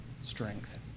strength